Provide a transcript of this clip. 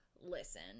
listen